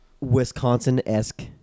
Wisconsin-esque